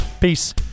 Peace